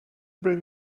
bring